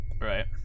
Right